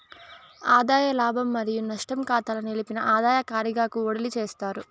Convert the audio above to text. ఆదాయ లాభం మరియు నష్టం కాతాల నిలిపిన ఆదాయ కారిగాకు ఓడిలీ చేస్తారు